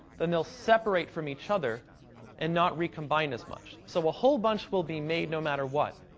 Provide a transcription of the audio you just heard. then they'll separate from each other and not recombine as much. so a whole bunch will be made, no matter what,